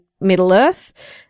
Middle-earth